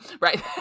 right